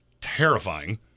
terrifying